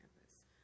campus